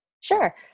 Sure